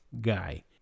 guy